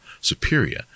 superior